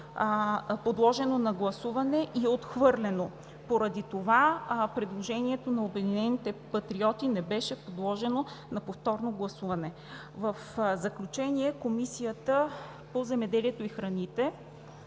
подложено на гласуване и е отхвърлено. Поради това предложението на „Обединените патриоти“ не беше подложено на повторно гласуване. В заключение, Комисията по земеделието и храните